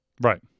Right